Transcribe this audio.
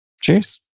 Cheers